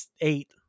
eight